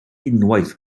unwaith